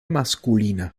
masculina